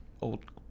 old